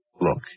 Look